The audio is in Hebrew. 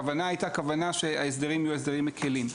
הכוונה הייתה שההסדרים יהיו הסדרים מקלים.